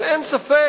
אבל אין ספק,